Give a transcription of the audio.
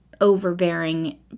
overbearing